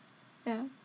ya